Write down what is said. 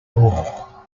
all